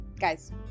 guys